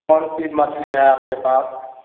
कौन सी मछली है आपके पास